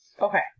Okay